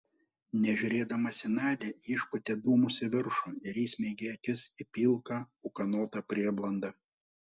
nežiūrėdamas į nadią išpūtė dūmus į viršų ir įsmeigė akis į pilką ūkanotą prieblandą